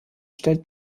stellt